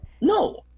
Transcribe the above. no